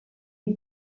die